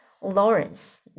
Lawrence